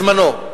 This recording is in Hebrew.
בזמנו.